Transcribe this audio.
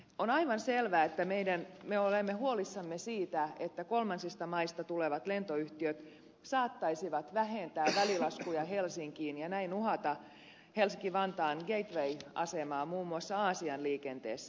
on aivan selvää että me olemme huolissamme siitä että kolmansista maista tulevat lentoyhtiöt saattaisivat vähentää välilaskuja helsinkiin ja näin uhata helsinki vantaan gateway asemaa muun muassa aasian liikenteessä